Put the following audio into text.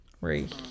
Right